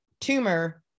tumor